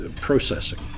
processing